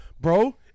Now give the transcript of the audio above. bro